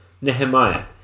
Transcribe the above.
Nehemiah